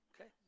Okay